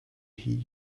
heed